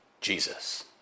Jesus